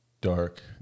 dark